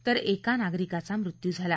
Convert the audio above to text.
तर एका नागरिकाचा मृत्यू झाला